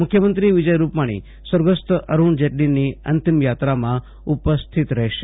મુખ્યમંત્રી વિજય રૂપાણી સ્વર્ગસ્થ અરૂણ જેટલીની અંતિમયાત્રામાં ઉપસ્થિત રહેશે